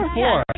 four